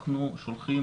אנחנו שולחים.